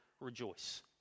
rejoice